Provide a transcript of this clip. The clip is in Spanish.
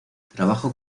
trabajó